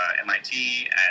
MIT